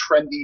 trendy